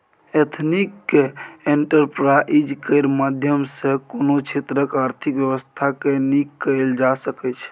ethnic enterprise केर माध्यम सँ कोनो क्षेत्रक आर्थिक बेबस्था केँ नीक कएल जा सकै छै